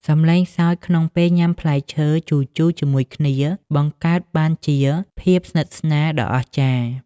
សំឡេងសើចក្នុងពេលញ៉ាំផ្លែឈើជូរៗជាមួយគ្នា បង្កើតបានជាភាពស្និទ្ធស្នាលដ៏អស្ចារ្យ។